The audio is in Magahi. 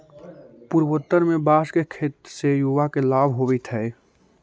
पूर्वोत्तर में बाँस के खेत से युवा के लाभ होवित हइ